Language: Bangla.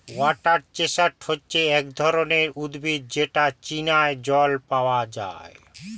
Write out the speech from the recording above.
ওয়াটার চেস্টনাট হচ্ছে এক ধরনের উদ্ভিদ যেটা চীনা জল পাওয়া যায়